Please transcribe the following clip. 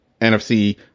NFC